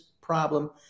problem